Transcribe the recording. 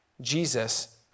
Jesus